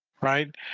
Right